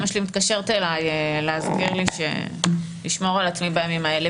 אימא שלי מתקשרת אליי להזכיר לי לשמור על עצמי בימים האלה,